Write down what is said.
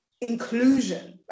inclusion